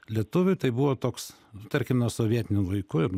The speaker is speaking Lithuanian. lietuviui tai buvo toks tarkim nuo sovietinių laikų